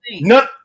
no